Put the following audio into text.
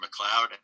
McLeod